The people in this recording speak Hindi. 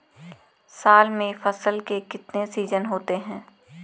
साल में फसल के कितने सीजन होते हैं?